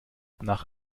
nach